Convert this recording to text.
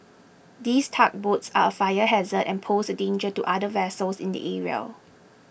these tugboats are a fire hazard and pose a danger to other vessels in the area